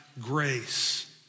grace